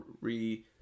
re